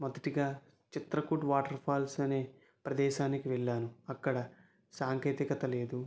మొదటగా చిత్రకూట్ వాటర్ఫాల్స్ అనే ప్రదేశానికి వెళ్ళాను అక్కడ సాంకేతికత లేదు